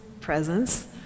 presence